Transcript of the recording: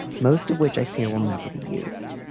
most of which i fear will never be used.